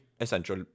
essential